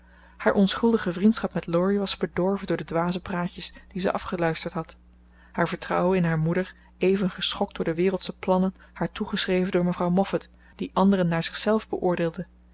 haar onschuldige vriendschap met laurie was bedorven door de dwaze praatjes die ze afgeluisterd had haar vertrouwen in haar moeder even geschokt door de wereldsche plannen haar toegeschreven door mevrouw moffat die anderen naar zichzelf beoordeelde